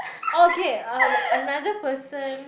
okay um another person